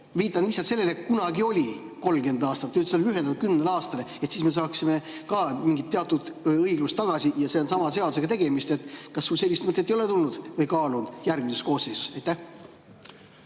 Viitan lihtsalt sellele, et kunagi oli 30 aastat, nüüd see on lühendatud 10 aastale. Siis me saaksime ka mingit teatud õiglust tagasi ja siin on sama seadusega tegemist. Kas sul sellist mõtet ei ole tulnud või oled sa seda kaalunud järgmise koosseisu